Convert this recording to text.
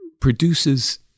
produces